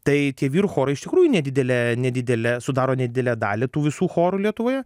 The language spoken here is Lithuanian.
tai tie vyrų chorai iš tikrųjų nedidelė nedidelė sudaro nedidelę dalį tų visų chorų lietuvoje